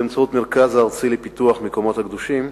באמצעות המרכז הארצי לפיתוח המקומות הקדושים,